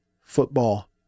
football